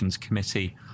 committee